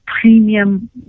premium